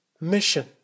mission